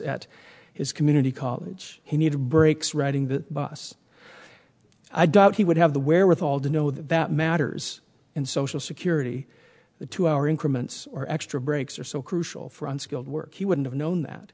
at his community college he needed breaks riding the bus i doubt he would have the wherewithal to know that matters and social security the two hour increments or extra breaks are so crucial for unskilled work he wouldn't have known that